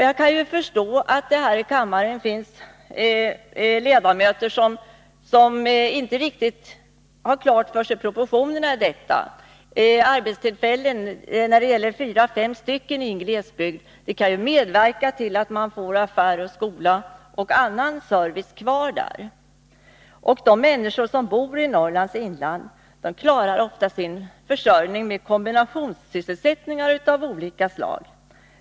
Jag kan förstå att det här i kammaren finns ledamöter som inte riktigt har klart för sig proportionerna i detta. Fyra fem arbetstillfällen i en glesbygd kan medverka till att man får behålla affär, skola och annan service. De människor som bor i Norrlands inland klarar ofta sin försörjning genom kombinationssysselsättningar av olika slag.